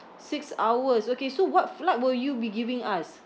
six hours okay so what flight will you be giving us